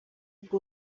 ubwo